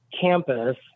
campus